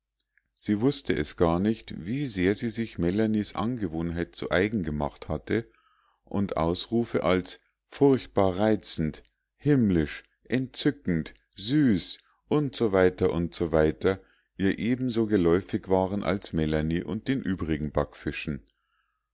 sie wußte es gar nicht wie sehr sie sich melanies angewohnheit zu eigen gemacht hatte und wie ausrufe als furchtbar reizend himmlisch entzückend süß u s w u s w ihr ebenso geläufig waren als melanie und den übrigen backfischen